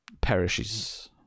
perishes